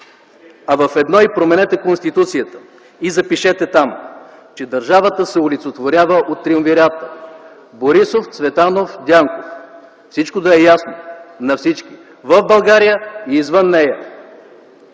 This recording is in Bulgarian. идея. А променете и Конституцията и запишете там, че „Държавата се олицетворява от триумвирата Борисов-Цветанов-Дянков”. Всичко да е ясно на всички в България и извън нея.